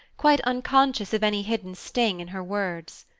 quite unconscious of any hidden sting in her words.